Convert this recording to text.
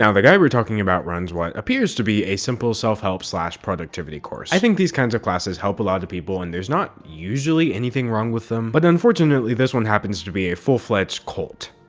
yeah the guy we're talking about runs what appears to be a simple self-help productivity course. i think these kinds of classes help a lot of people, and there's not usually anything wrong with them, but unfortunately this one happens to be a full-fledged cult.